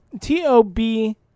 T-O-B